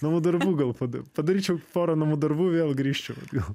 namų darbų gal pada padaryčiau porą namų darbų vėl grįžčiau